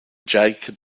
jacob